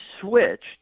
switched